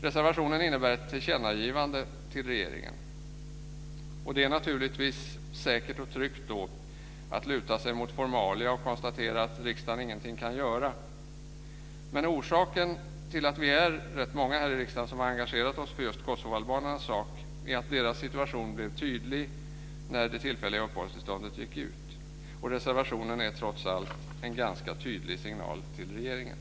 Reservationen innebär ett tillkännagivande till regeringen. Det är naturligtvis säkert och tryggt att luta sig mot formalia och konstatera att riksdagen ingenting kan göra. Orsaken till att vi är rätt många här i riksdagen som har engagerat oss för just kosovoalbanernas sak är att deras situation blev tydlig när det tillfälliga uppehållstillståndet gick ut. Reservationen är trots allt en ganska tydlig signal till regeringen.